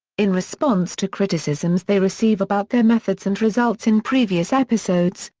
in response to criticisms they receive about their methods and results in previous episodes,